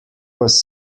was